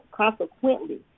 consequently